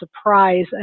surprise